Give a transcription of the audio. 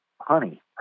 honey